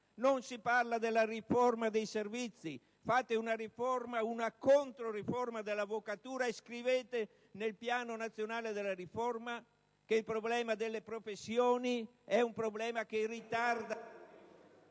non si parla della riforma dei servizi. Fate una riforma una controriforma dell'avvocatura e scrivete nel Programma nazionale di riforma che il problema delle professioni è un problema che ritarda...